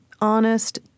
honest